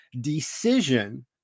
decision